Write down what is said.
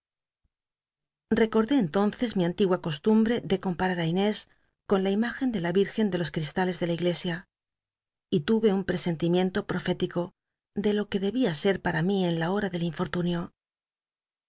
en tonces mi antigua costumbre de comparar á inés con la imágen de la ril'gen de los cristales de la iglesia y ture un presenlimietllo profético de lo que debia ser para mí en la hora del infortunio